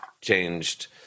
changed